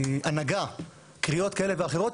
ההנהגה קריאות כאלה ואחרות?